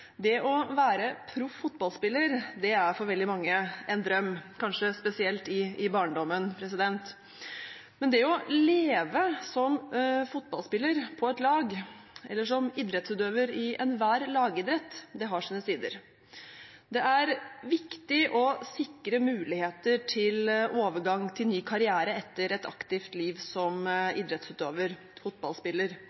Det å være proff fotballspiller er for veldig mange en drøm, kanskje spesielt i barndommen. Men det å leve som fotballspiller på et lag, eller som idrettsutøver i enhver lagidrett, har sine sider. Det er viktig å sikre muligheter til overgang til ny karriere etter et aktivt liv som